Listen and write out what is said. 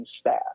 staff